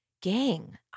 gang